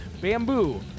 Bamboo